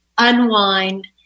unwind